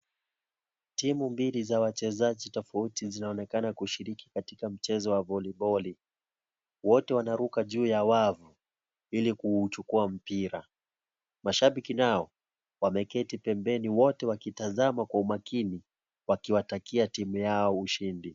Timu mbili za wachezaji tofauti zinaonekana kushiriki katika mchezi wa voliboli. Wote wanaruka juu ya wavu ili kuuchukua mpira. Mashabiki nao wameketi pembeni wote wakitazama kwa umakini, wakiwatakia timu yao ushindi.